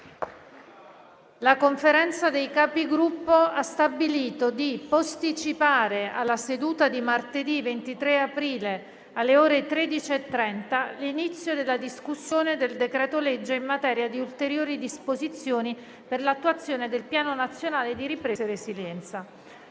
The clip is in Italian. La Conferenza dei Capigruppo ha stabilito di posticipare alla seduta di martedì 23 aprile alle ore 13,30 l'inizio della discussione del decreto-legge in materia di ulteriori disposizioni per l'attuazione del Piano nazionale di ripresa e resilienza,